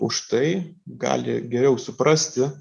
už tai gali geriau suprasti